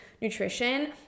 nutrition